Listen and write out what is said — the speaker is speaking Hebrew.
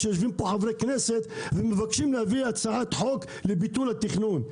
כשיושבים פה חברי כנסת ומבקשים להביא הצעת חוק לביטול התכנון.